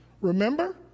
remember